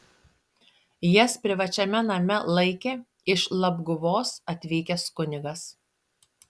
jas privačiame name laikė iš labguvos atvykęs kunigas